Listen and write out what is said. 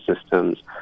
systems